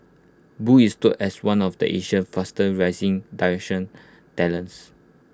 boo is touted as one of the Asia fastest rising directorial talents